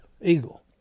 Eagle